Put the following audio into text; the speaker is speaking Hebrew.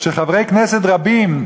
שחברי כנסת רבים,